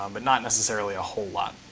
um but not necessarily a whole lot.